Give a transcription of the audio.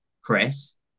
Chris